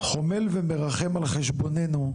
חומל ומרחם על חשבוננו,